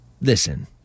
listen